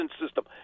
system